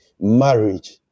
marriage